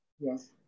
Yes